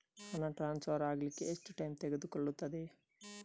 ಹಣ ಟ್ರಾನ್ಸ್ಫರ್ ಅಗ್ಲಿಕ್ಕೆ ಎಷ್ಟು ಟೈಮ್ ತೆಗೆದುಕೊಳ್ಳುತ್ತದೆ?